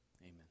Amen